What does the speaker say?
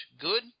good